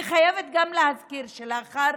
אני חייבת גם להזכיר שלאחר